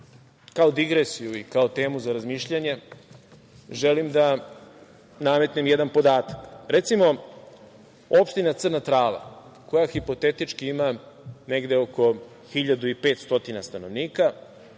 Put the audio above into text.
kao digresiju i kao temu za razmišljanje, želim da nametnem jedan podatak. Recimo, opština Crna Trava koja hipotetički ima negde oko 1.500 stanovnika